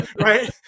right